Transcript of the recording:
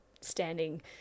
standing